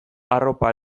arropa